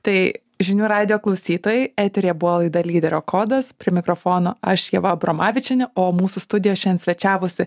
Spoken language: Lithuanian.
tai žinių radijo klausytojai eteryje buvo laidą lyderio kodas prie mikrofono aš ieva abramavičienė o mūsų studijoje šiandien svečiavosi